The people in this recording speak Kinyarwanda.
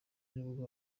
nibwo